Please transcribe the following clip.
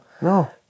No